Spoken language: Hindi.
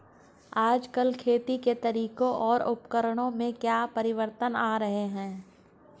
आजकल खेती के तरीकों और उपकरणों में क्या परिवर्तन आ रहें हैं?